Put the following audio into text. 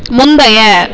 முந்தைய